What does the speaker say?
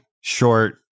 short